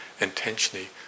intentionally